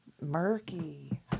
murky